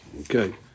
Okay